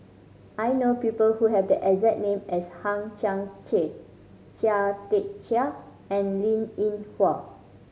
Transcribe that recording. I know people who have the exact name as Hang Chang Chieh Chia Tee Chiak and Linn In Hua